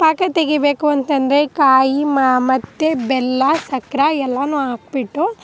ಪಾಕ ತೆಗಿಬೇಕು ಅಂತಂದರೆ ಕಾಯಿ ಮತ್ತೆ ಬೆಲ್ಲ ಸಕ್ಕರೆ ಎಲ್ಲನೂ ಹಾಕಿಬಿಟ್ಟು